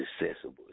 accessible